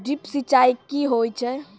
Drip सिंचाई कि होय छै?